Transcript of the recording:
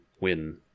win